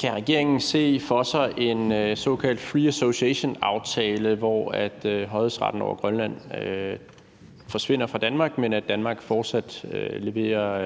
Kan regeringen se for sig en såkaldt free association-aftale, hvor højhedsretten over Grønland forsvinder fra Danmark, men at Danmark fortsat leverer